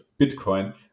Bitcoin